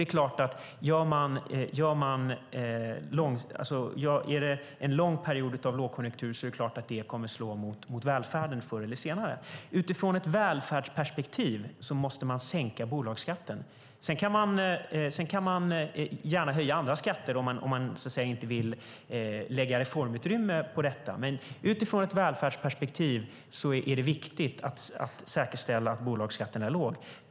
Är det en lång period av lågkonjunktur är det klart att det kommer att slå mot välfärden förr eller senare. Utifrån ett välfärdsperspektiv måste man sänka bolagsskatten. Sedan kan man gärna höja andra skatter om man inte vill lägga reformutrymme på detta. Men utifrån ett välfärdsperspektiv är det viktigt att säkerställa att bolagsskatten är låg.